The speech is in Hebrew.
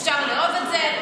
אפשר לאהוב את זה,